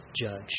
judge